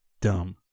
dumb